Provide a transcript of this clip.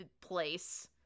place